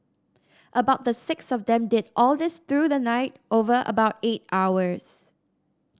about the six of them did all this through the night over about eight hours